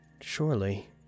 surely